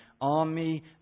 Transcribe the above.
army